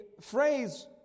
phrase